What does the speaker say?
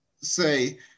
say